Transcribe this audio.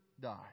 die